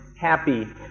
happy